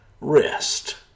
rest